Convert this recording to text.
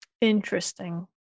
Interesting